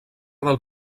del